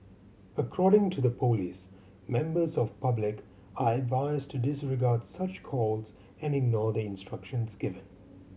according to the police members of public are advised to disregard such calls and ignore the instructions given